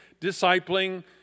discipling